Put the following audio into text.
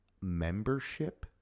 membership